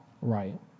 right